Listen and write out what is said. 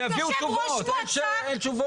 אין תשובות.